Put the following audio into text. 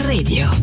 Radio